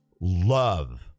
love